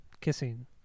kissing